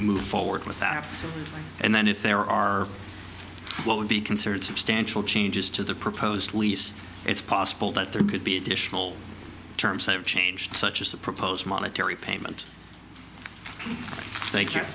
move forward with that and then if there are what would be considered substantial changes to the proposed lease it's possible that there could be additional terms have changed such as the proposed monetary payment